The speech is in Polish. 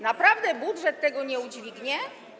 Naprawdę budżet tego nie udźwignie?